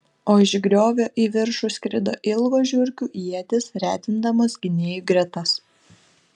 o iš griovio į viršų skrido ilgos žiurkių ietys retindamos gynėjų gretas